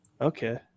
Okay